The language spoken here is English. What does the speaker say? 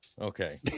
Okay